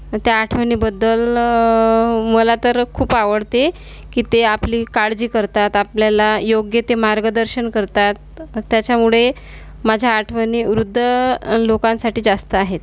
त्या आठवणीबद्दल मला तर खूप आवडते की ते आपली काळजी करतात आपल्याला योग्य ते मार्गदर्शन करतात त्याच्यामुळे माझ्या आठवणी वृद्ध लोकांसाठी जास्त आहेत